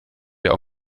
wir